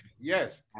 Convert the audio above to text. yes